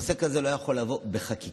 נושא כזה לא יכול לבוא בחקיקה,